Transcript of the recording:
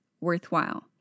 worthwhile